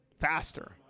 faster